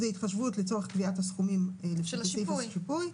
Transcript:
התחשבות לצורך קביעת הסכומים של השיפוי.